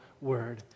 word